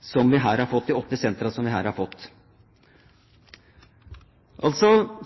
som vi her har fått. Altså: